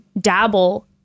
dabble